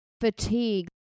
fatigue